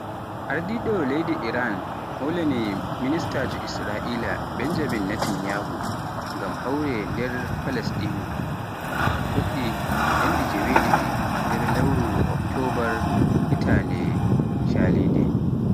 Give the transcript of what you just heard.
Ardiiɗo leydi Iraan hoolanii ministaajo Israa'iila Benjamin Netanyahu, ngam hawre nder Palaasɗiinu, ko un fuɗɗi yannde joweeɗiɗi, nder lewru oktoobar hitaande caaliinde.